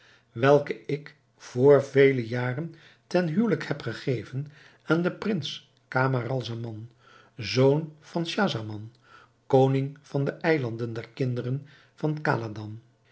welke ik vr vele jaren ten huwelijk heb gegeven aan den prins camaralzaman zoon van schahzaman koning van de eilanden der kinderen van